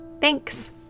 thanks